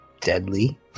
deadly